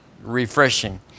refreshing